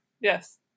Yes